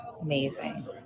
amazing